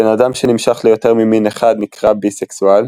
בן אדם שנמשך ליותר ממין אחד נקרא ביסקסואל,